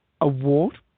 award